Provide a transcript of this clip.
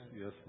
Yes